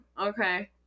okay